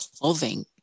clothing